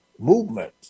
movement